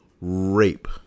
Rape